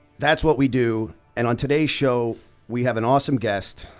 that's what we do and on today's show we have an awesome guest,